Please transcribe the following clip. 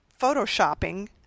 photoshopping